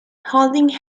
holding